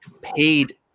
paid